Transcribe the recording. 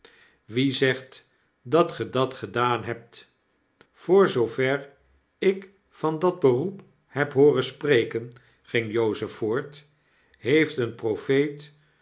wie zegt dat ge dat gedaan hebt voor zoover ik van dat beroep heb hooren spreken ging jozef voort heeft een profeet